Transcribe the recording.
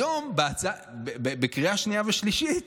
היום, בקריאה שנייה ושלישית,